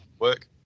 work